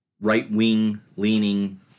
right-wing-leaning